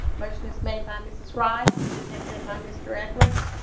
motion is made by miss is ry seconded by mr edwards